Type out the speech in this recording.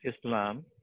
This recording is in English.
Islam